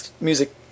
music